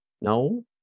No